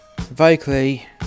vocally